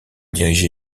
dirigé